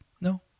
No